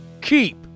Keep